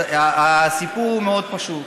הסיפור הוא מאוד פשוט: